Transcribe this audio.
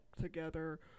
together